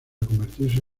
convertirse